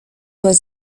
was